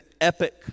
epic